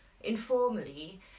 informally